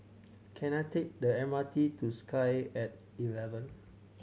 can I take the MRT to Sky and eleven